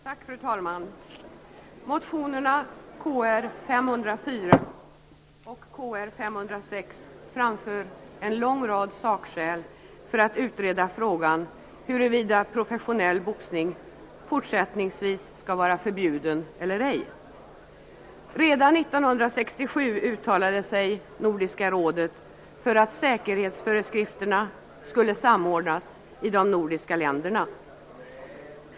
Fru talman! I motionerna Kr504 och Kr506 framför en lång rad sakskäl för att man skall utreda frågan om huruvida professionell boxning skall vara förbjuden eller ej. Redan 1967 uttalade sig Nordiska rådet för att säkerhetsföreskrifterna skulle samordnas i de nordiska länderna.